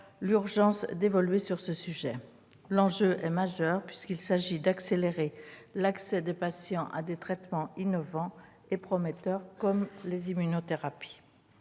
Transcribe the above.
l'urgence d'évoluer sur ce sujet. L'enjeu est majeur, puisqu'il s'agit d'accélérer l'accès des patients à des traitements innovants et prometteurs, comme les immunothérapies.